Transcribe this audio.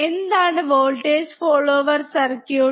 എന്താണ് voltage follower circuit